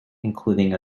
including